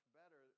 better